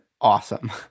awesome